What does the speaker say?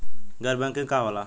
गैर बैंकिंग का होला?